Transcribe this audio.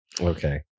Okay